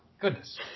Goodness